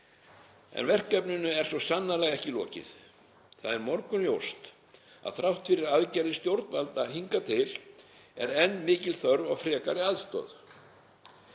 en verkefninu er svo sannarlega ekki lokið. Það er morgunljóst að þrátt fyrir aðgerðir stjórnvalda hingað til er enn mikil þörf á frekari aðstoð.